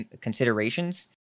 considerations